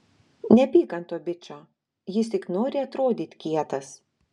nepyk ant to bičo jis tik nori atrodyt kietas